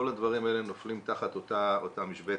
כל הדברים האלה נופלים תחת אותה משבצת.